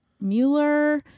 Mueller